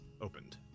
opened